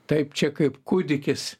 taip čia kaip kūdikis